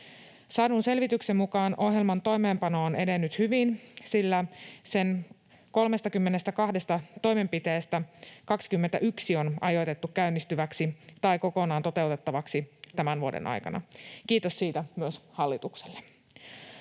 Saadun selvityksen mukaan ohjelman toimeenpano on edennyt hyvin, sillä sen 32 toimenpiteestä 21 on ajoitettu käynnistyväksi tai kokonaan toteutettavaksi tämän vuoden aikana — kiitos siitä myös hallitukselle.